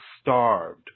starved